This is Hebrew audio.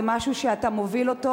זה משהו שאתה מוביל אותו,